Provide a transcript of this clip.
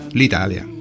l'Italia